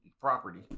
property